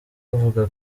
avuga